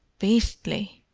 beastly!